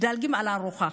מדלגים על ארוחה,